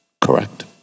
Correct